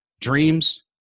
dreams